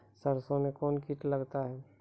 सरसों मे कौन कीट लगता हैं?